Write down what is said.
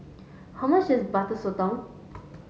how much is Butter Sotong